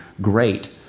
great